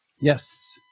Yes